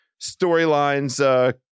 storylines